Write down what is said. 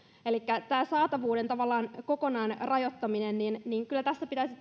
elikkä tämän saatavuuden tavallaan kokonaan rajoittamisen osalta alkoholipolitiikassa pitäisi